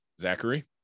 Zachary